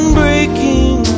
breaking